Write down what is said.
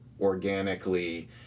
organically